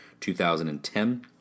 2010